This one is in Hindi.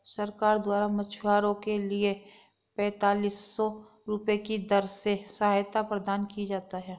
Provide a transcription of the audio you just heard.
सरकार द्वारा मछुआरों के लिए पेंतालिस सौ रुपये की दर से सहायता प्रदान की जाती है